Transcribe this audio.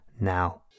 now